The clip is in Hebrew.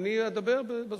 אני אדבר בזמן.